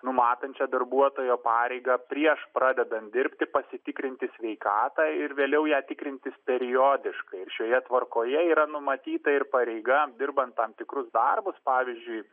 numatančią darbuotojo pareigą prieš pradedant dirbti pasitikrinti sveikatą ir vėliau ją tikrintis periodiškai ir šioje tvarkoje yra numatyta ir pareiga dirbant tam tikrus darbus pavyzdžiui